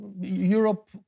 Europe